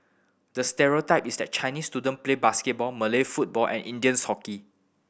the stereotype is that Chinese student play basketball Malay football and Indians hockey